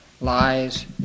lies